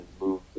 move